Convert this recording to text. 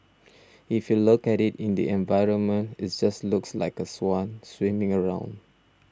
if you look at it in the environment it just looks like a swan swimming around